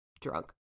drunk